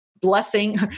blessing